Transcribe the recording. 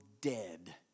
dead